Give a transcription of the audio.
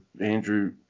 Andrew